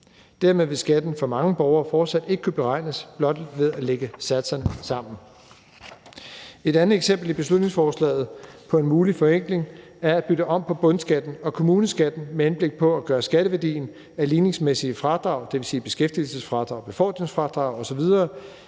Dermed ville skatten for mange borgere fortsat ikke kunne beregnes blot ved at lægge satserne sammen. Det andet eksempel i beslutningsforslaget på en mulig forenkling er at bytte om på bundskatten og kommuneskatten med henblik på at gøre skatteværdien af ligningsmæssige fradrag, dvs. beskæftigelsesfradrag, befordringsfradrag osv.,